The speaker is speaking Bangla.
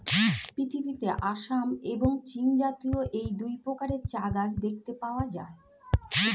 পৃথিবীতে আসাম এবং চীনজাতীয় এই দুই প্রকারের চা গাছ দেখতে পাওয়া যায়